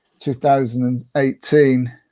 2018